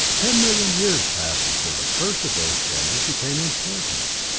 ten million years passed before the first of those changes became important.